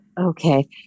okay